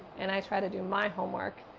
and i try to do my homework.